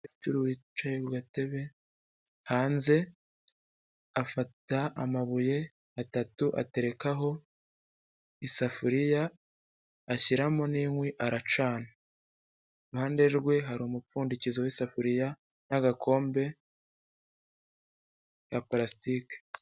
umukecuru wicaye ku gatebe, hanze, afata amabuye atatu aterekaho isafuriya ashyiramo n'inkwi aracana. Iruhande rwe hari umupfundikizo w'isafuriya n'agakombe ka parasitiki.